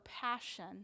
passion